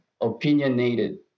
opinionated